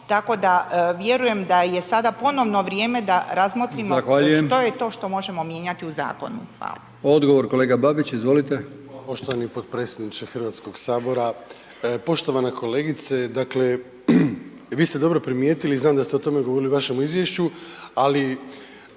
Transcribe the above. Tako da vjerujem da je sada ponovno vrijeme da razmatramo što je to što možemo mijenjati u zakonu. **Brkić, Milijan (HDZ)** Zahvaljujem. Odgovor kolega Babić. Izvolite. **Babić, Ante (HDZ)** Hvala poštovani potpredsjedniče Hrvatskog sabora. Poštovana kolegice. Dakle vi ste dobro primijetili i znam da ste o tome govorili u vašem izvješću, ali